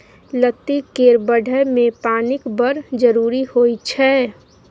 लत्ती केर बढ़य मे पानिक बड़ जरुरी होइ छै